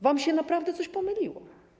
Wam się naprawdę coś pomyliło.